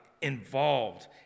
involved